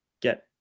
get